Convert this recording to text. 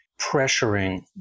pressuring